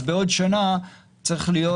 אז בעוד שנה צריך להיות,